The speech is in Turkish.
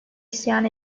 isyan